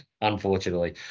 unfortunately